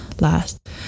last